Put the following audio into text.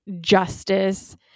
justice